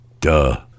Duh